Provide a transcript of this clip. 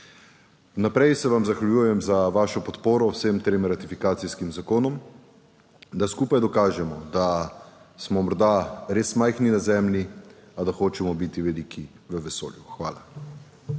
naprej se vam zahvaljujem za vašo podporo vsem trem ratifikacijskim zakonom, da skupaj dokažemo, da smo morda res majhni na Zemlji, a da hočemo biti veliki v vesolju. Hvala.